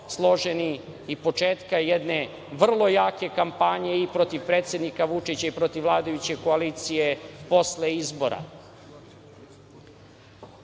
i početka jedne vrlo jake kampanje i protiv predsednika Vučića i protiv vladajuće koalicije posle izbora. Upravo